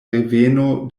reveno